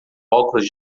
óculos